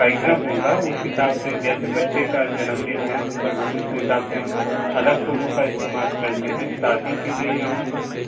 कार्यक्रम होगा उस हिसाब से जैसे बच्चे का जन्मदिन है उस पर उस हिसाब से हम अलग फूलों का इस्तेमाल करते हैं शादी के लिए हम